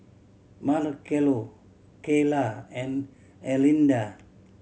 Marcello Kyla and Erlinda